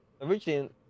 Originally